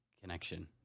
connection